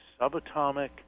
subatomic